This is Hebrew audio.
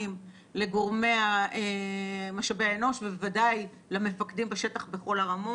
לגורמי משאבי אנוש ובוודאי למפקדים בשטח בכל הרמות,